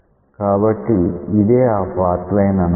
కాబట్టిఇదే ఆ path line అనుకుందాం